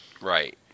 Right